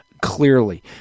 Clearly